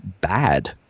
bad